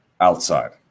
outside